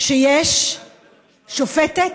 שיש שופטת,